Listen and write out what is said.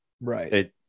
Right